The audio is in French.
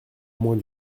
moins